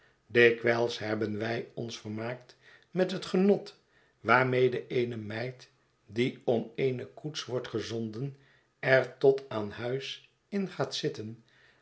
dikwijls hebben wij ons vermaakt met het genot waarmede eene meid die om eene koets wordt gezonden er tot aan huis in gaat zitten